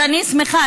אז אני שמחה.